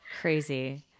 Crazy